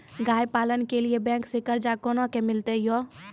गाय पालन के लिए बैंक से कर्ज कोना के मिलते यो?